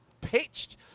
pitched